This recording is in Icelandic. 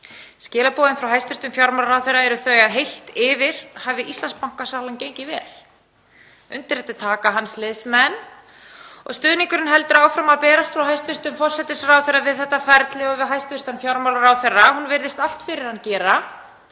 Skilaboðin frá hæstv. fjármálaráðherra eru þau að heilt yfir hafi Íslandsbankasalan gengið vel. Undir þetta taka liðsmenn hans og stuðningurinn heldur áfram að berast frá hæstv. forsætisráðherra við þetta ferli og við hæstv. fjármálaráðherra, hún virðist allt fyrir hann gera.